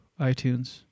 iTunes